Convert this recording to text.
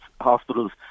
hospitals